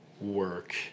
work